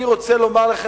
אני רוצה לומר לכם,